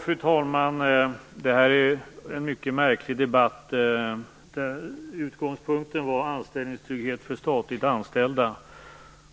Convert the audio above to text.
Fru talman! Det här är en mycket märklig debatt. Utgångspunkten var anställningstrygghet för statligt anställda,